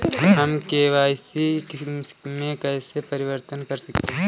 हम के.वाई.सी में कैसे परिवर्तन कर सकते हैं?